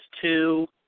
two